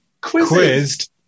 quizzed